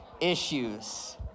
Issues